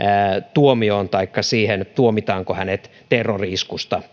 tuomioon taikka siihen tuomitaanko hänet terrori iskusta